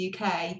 UK